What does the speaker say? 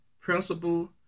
principal